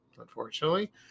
unfortunately